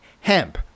hemp